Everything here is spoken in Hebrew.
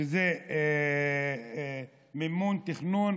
ומימון תכנונן,